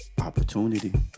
opportunity